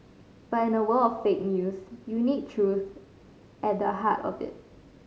but in a world of fake news you need truth at the heart of it